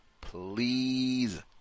please